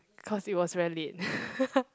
cause it was very late